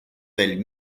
del